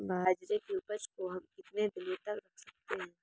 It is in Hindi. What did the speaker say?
बाजरे की उपज को हम कितने दिनों तक रख सकते हैं?